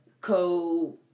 co